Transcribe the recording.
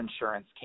insurance